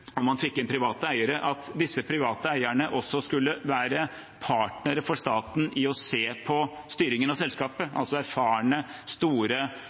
og man fikk inn private eiere, at disse private eierne også skulle være partnere for staten i å se på styringen av selskapet, altså erfarne store